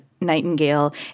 Nightingale